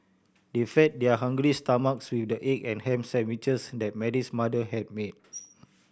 they fed their hungry stomachs with the egg and ham sandwiches that Mary's mother had made